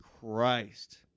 Christ